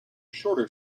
shorter